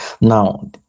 now